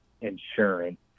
insurance